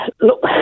Look